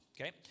okay